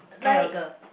like